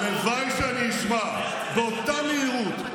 הלוואי שאני אשמע באותה מהירות,